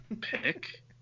pick